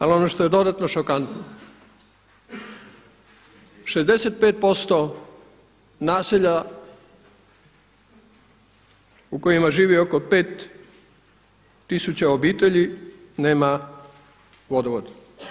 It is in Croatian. Ali ono što je dodatno šokantno 65% naselja u kojima živi oko 5000 obitelji nema vodovod.